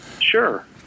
Sure